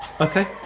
Okay